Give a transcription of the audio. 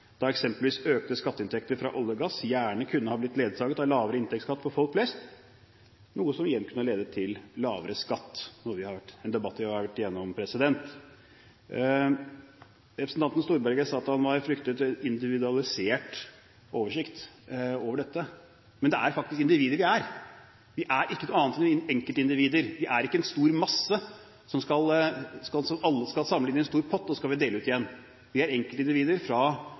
da eksempelvis økte skatteinntekter fra olje og gass gjerne kunne ha blitt ledsaget av lavere inntektsskatt for folk flest, noe som igjen kunne ha ledet til lavere skatt – en debatt vi har vært igjennom. Representanten Storberget sa at han fryktet en individualisert oversikt over dette. Men det er faktisk individer vi er. Vi er ikke noe annet enkeltindivider. Vi er ikke en stor masse hvor alle skal samle inn i en stor pott, og så skal vi dele ut igjen. Vi er